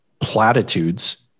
platitudes